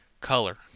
color